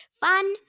Fun